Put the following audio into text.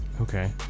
Okay